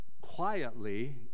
quietly